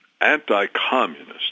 anti-communist